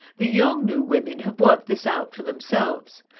the yolngu women have worked this out for themselves.